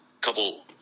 couple –